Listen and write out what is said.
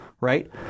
right